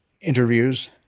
Interviews